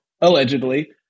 allegedly